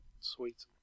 Sweet